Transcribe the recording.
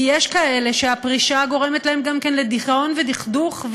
כי יש כאלה שהפרישה גורמת להם גם כן לדיכאון ודכדוך,